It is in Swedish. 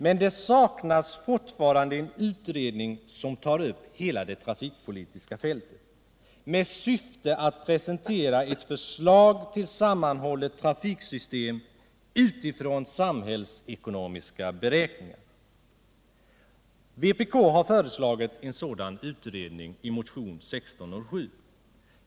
Men det saknas fortfarande en utredning som tar upp hela det trafikpolitiska fältet med syfte att presentera ett förslag till sammanhållet trafiksystem utifrån samhällsekonomiska beräkningar. Vpk har föreslagit en sådan utredning i motionen 1607.